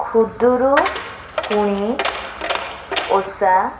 Khudurukuni Osha